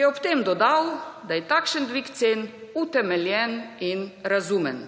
je ob tem dodal, da je takšen dvig cen utemeljen in razumen.